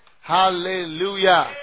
Hallelujah